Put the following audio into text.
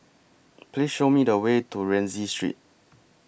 Please Show Me The Way to Rienzi Street